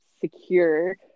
secure